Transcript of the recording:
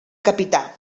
capità